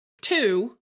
two